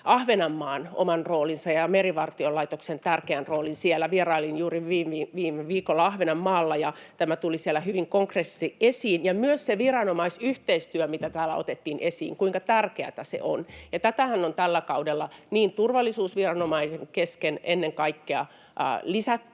Ahvenanmaan oman roolin ja merivartiolaitoksen tärkeän roolin siellä. Vierailin juuri viime viikolla Ahvenanmaalla, ja tämä tuli siellä hyvin konkreettisesti esiin, ja myös se viranomaisyhteistyö, mitä täällä otettiin esiin, kuinka tärkeätä se on. Ja tätähän on tällä kaudella turvallisuusviranomaisten kesken ennen kaikkea lisätty,